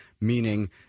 meaning –